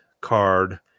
card